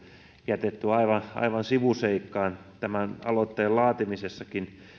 jätetty aivan aivan sivuseikaksi tämän aloitteen laatimisessakin